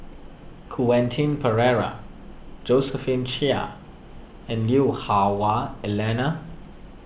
Quentin Pereira Josephine Chia and Lui Hah Wah Elena